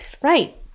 Right